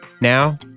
Now